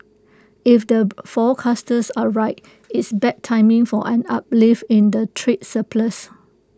if the forecasters are right it's bad timing for an uplift in the trade surplus